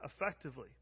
effectively